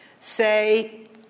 say